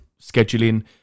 scheduling